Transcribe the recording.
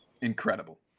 Incredible